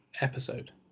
episode